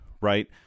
Right